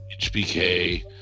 HBK